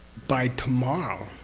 by tomorrow,